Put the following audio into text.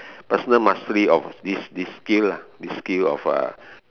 personal mastery of this this skill lah this skill of uh